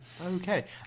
okay